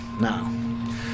Now